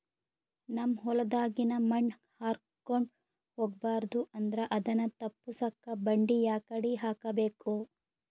ನಮ್ ಹೊಲದಾಗಿನ ಮಣ್ ಹಾರ್ಕೊಂಡು ಹೋಗಬಾರದು ಅಂದ್ರ ಅದನ್ನ ತಪ್ಪುಸಕ್ಕ ಬಂಡಿ ಯಾಕಡಿ ಹಾಕಬೇಕು?